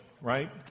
right